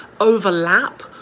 overlap